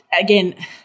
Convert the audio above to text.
again